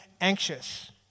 anxious